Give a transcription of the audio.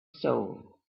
soul